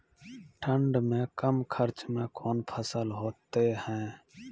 ठंड मे कम खर्च मे कौन फसल होते हैं?